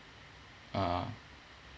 ah